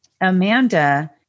Amanda